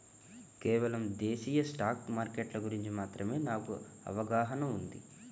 కేవలం దేశీయ స్టాక్ మార్కెట్ల గురించి మాత్రమే నాకు అవగాహనా ఉంది